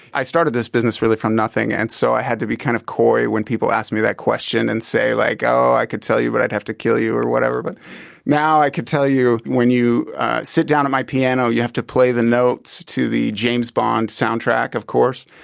i started this business really from nothing, and so i had to be kind of coy when people asked me that question and say like i could tell you but i'd have to kill you or whatever, but now i could tell you when you sit down at my piano you have to play the notes to the james bond soundtrack, of course.